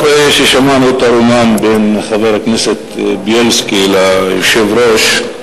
שמענו את הרומן בין חבר הכנסת בילסקי ליושב-ראש,